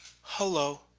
hello.